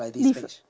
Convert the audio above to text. this